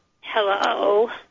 Hello